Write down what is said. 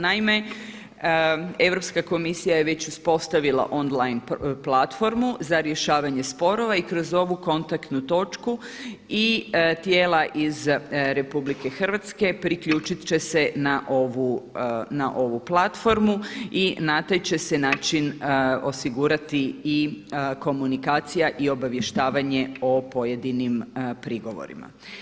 Naime, Europska komisija je već uspostavila online platformu za rješavanje sporova i kroz ovu kontaktnu točku i tijela iz RH priključit će se na ovu platformu i na taj će se način osigurati i komunikacija i obavještavanje o pojedinim prigovorima.